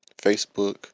Facebook